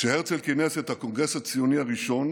כשהרצל כינס את הקונגרס את הציוני הראשון